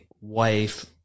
wife